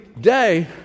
day